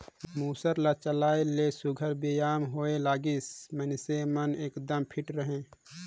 मूसर ल चलाए ले सुग्घर बेयाम होए लागिस, मइनसे मन एकदम फिट रहें